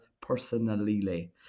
personally